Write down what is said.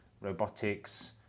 robotics